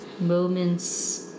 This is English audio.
moments